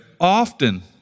often